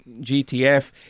GTF